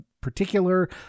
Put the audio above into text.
particular